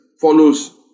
follows